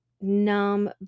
numb